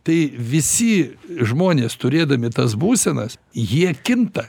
tai visi žmonės turėdami tas būsenas jie kinta